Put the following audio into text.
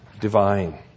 divine